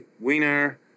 wiener